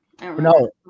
No